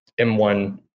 M1